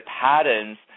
patterns